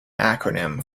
acronym